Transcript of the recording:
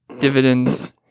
dividends